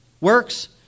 works